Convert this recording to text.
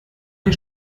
wir